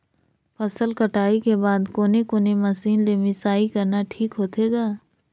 फसल कटाई के बाद कोने कोने मशीन ले मिसाई करना ठीक होथे ग?